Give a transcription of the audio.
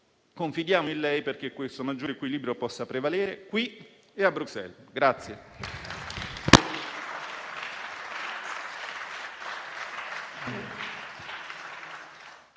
Confidiamo in lei perché questo maggior equilibrio possa prevalere, qui e a Bruxelles.